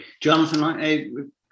Jonathan